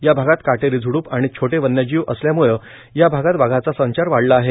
या भागात काटेरी झुडपं आणि छोटे वन्यजीव असल्यामुळे या भागात वाघांचा संचार वाढला आहे